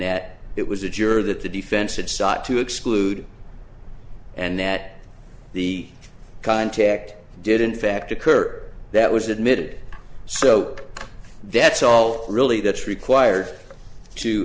that it was a juror that the defense had sought to exclude and that the contact did in fact occur that was admitted so that's all really that's required to